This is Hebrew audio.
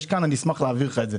אני אשמח להעביר לך את זה.